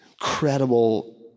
Incredible